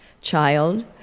Child